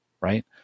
right